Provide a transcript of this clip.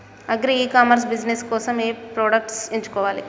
Agri e commerce business కోసము ఏ products ఎంచుకోవాలి?